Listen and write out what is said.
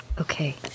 Okay